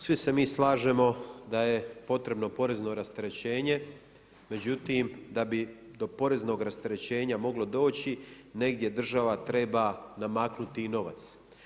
Svi se mi slažemo da je potrebno porezno rasterećenje međutim da bi do poreznog rasterećenja moglo doći, negdje država treba namaknuti i novac.